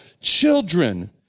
children